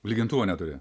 lygintuvo neturi